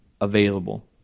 available